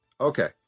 Okay